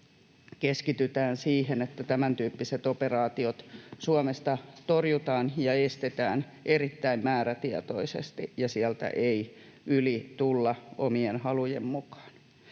keskitytään siihen, että tämäntyyppiset operaatiot Suomesta torjutaan ja estetään erittäin määrätietoisesti ja sieltä ei yli tulla omien halujen mukaan.